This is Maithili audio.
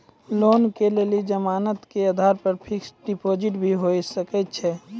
लोन के लेल जमानत के आधार पर फिक्स्ड डिपोजिट भी होय सके छै?